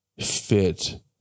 fit